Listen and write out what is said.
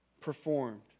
performed